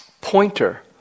pointer